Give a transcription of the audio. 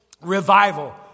revival